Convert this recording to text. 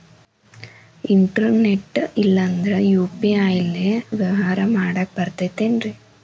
Internet ಇಲ್ಲಂದ್ರ UPI ಲೇ ವ್ಯವಹಾರ ಮಾಡಾಕ ಬರತೈತೇನ್ರೇ?